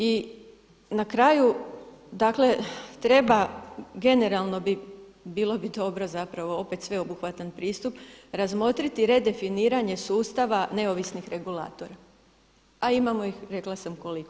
I na kraju dakle treba generalno bilo bi dobro zapravo opet sveobuhvatan pristup razmotriti redefiniranje sustava neovisnih regulatora, a imamo ih rekla sam koliko?